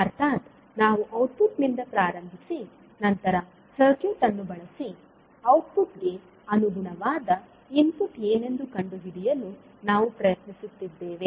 ಅರ್ಥಾತ್ ನಾವು ಔಟ್ಪುಟ್ ನಿಂದ ಪ್ರಾರಂಭಿಸಿ ನಂತರ ಸರ್ಕ್ಯೂಟ್ ಅನ್ನು ಬಳಸಿ ಔಟ್ಪುಟ್ಗೆ ಅನುಗುಣವಾದ ಇನ್ಪುಟ್ ಏನೆಂದು ಕಂಡುಹಿಡಿಯಲು ನಾವು ಪ್ರಯತ್ನಿಸುತ್ತಿದ್ದೇವೆ